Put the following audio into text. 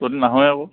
তহঁতি নাহয়ে আকৌ